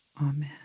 Amen